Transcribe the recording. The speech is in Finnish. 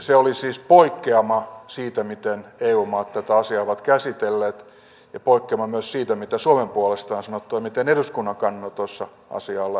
se oli siis poikkeama siitä miten eu maat tätä asiaa ovat käsitelleet ja poikkeama myös siitä mitä suomen puolesta on sanottu ja miten eduskunnan kannanotoissa asiaa on lähestytty